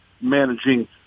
managing